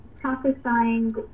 prophesying